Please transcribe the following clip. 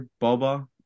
Boba